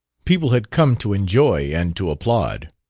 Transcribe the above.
people had come to enjoy and to applaud.